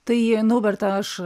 tai naubertą aš